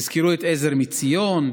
תזכרו את עזר מציון,